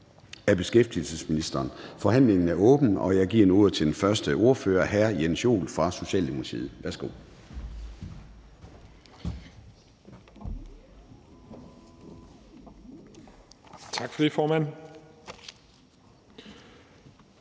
Formanden (Søren Gade): Forhandlingen er åbnet, og jeg giver nu ordet til den første ordfører, hr. Jens Joel fra Socialdemokratiet. Værsgo.